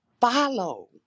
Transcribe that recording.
follow